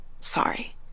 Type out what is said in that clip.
Sorry